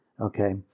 okay